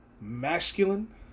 masculine